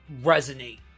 resonate